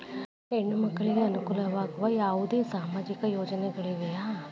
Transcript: ಹೆಣ್ಣು ಮಕ್ಕಳಿಗೆ ಅನುಕೂಲವಾಗುವ ಯಾವುದೇ ಸಾಮಾಜಿಕ ಯೋಜನೆಗಳಿವೆಯೇ?